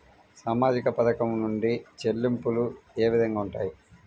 సామాజిక పథకం నుండి చెల్లింపులు ఏ విధంగా ఉంటాయి?